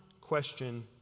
question